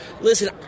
Listen